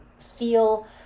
feel